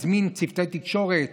מזמין צוותי תקשורת